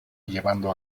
llevando